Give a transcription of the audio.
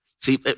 See